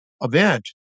event